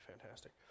fantastic